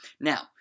Now